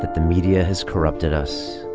the media has corrupted us